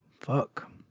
Fuck